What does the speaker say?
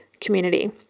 community